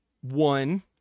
one